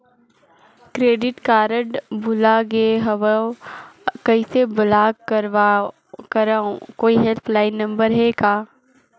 Credit card भुला गे हववं कइसे ब्लाक करव? कोई हेल्पलाइन नंबर हे का?